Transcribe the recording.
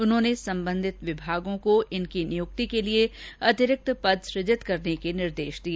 उन्होंने संबंधित विभागों को इनकी नियुक्ति के लिए अतिरिक्त पद सुजन करने के निर्देश दिए